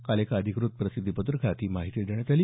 काल एका अधिकृत प्रसिद्धी पत्रकात ही माहिती देण्यात आली